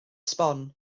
sbon